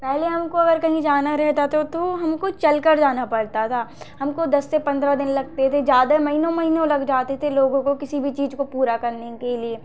पहले हमको अगर कहीं जाना रहता था तो हमको चलकर जाना पड़ता था हमको दस से पंद्रह दिन लगते थे ज़्यादा महीनों महीनों लग जाते थे लोगों को किसी भी चीज को पूरा करने के लिए